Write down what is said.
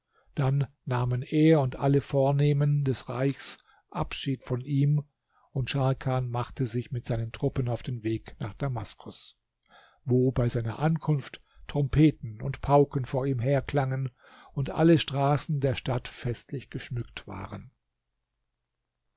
dann nahmen er und alle vornehmen des reichs abschied von ihm und scharkan machte sich mit seinen truppen auf den weg nach damaskus wo bei seiner ankunft trompeten und pauken vor ihm her erklangen und alle straßen der stadt festlich geschmückt waren